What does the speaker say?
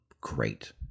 Great